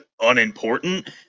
unimportant